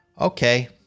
Okay